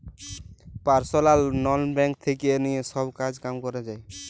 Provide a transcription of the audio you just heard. personal loan bank থেক্যে লিয়ে সব কাজ কাম ক্যরা যায়